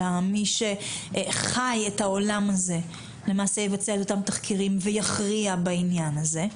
אלא מי שחי את העולם הזה למעשה יבצע את אותם תחקירים ויכריע בעניין הזה.